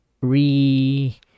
re